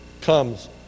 comes